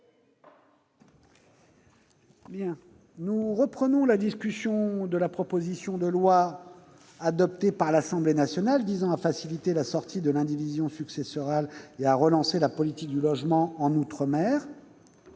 Nous reprenons la discussion en deuxième lecture de la proposition de loi, adoptée par l'Assemblée nationale, visant à faciliter la sortie de l'indivision successorale et à relancer la politique du logement en outre-mer.